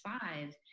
five